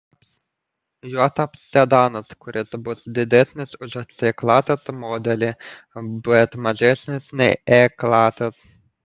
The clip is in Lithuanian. juo taps sedanas kuris bus didesnis už c klasės modelį bet mažesnis nei e klasės